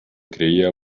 creía